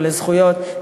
ולזכויות,